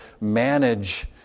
manage